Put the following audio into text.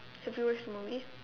have you watch the movie